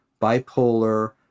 bipolar